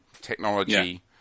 technology